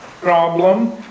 problem